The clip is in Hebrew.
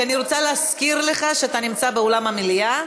אני רוצה להזכיר לך שאתה נמצא באולם המליאה,